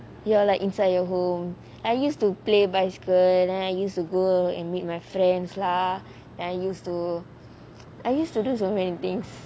you are like inside your home I used to play bicycle then I used to go and meet my friends lah then I used to I used to do so many things